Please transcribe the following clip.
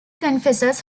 confesses